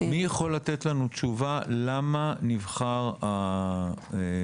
מי יכול לתת לנו תשובה למה נבחר המצטבר?